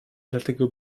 dlatego